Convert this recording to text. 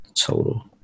total